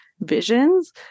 visions